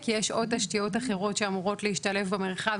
כי יש עוד תשתיות אחרות שאמורות להשתלב במרחב,